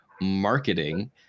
marketing